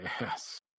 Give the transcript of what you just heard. Yes